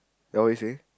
ya what you saying